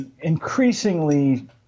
increasingly